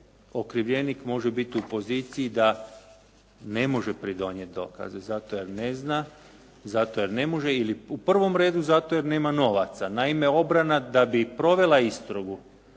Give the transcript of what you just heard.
da okrivljenik može biti u poziciji da ne može pridonijeti dokaze zato jer ne zna, zato jer ne može ili u prvom redu zato jer nema novaca. Naime, obrana da bi provela istragu,